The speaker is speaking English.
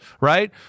right